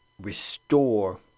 Restore